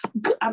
good